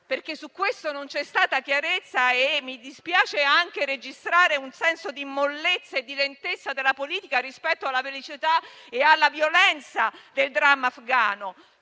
perché non c'è stata chiarezza e mi dispiace anche registrare un senso di mollezza e di lentezza della politica rispetto alla velocità e alla violenza del dramma afghano.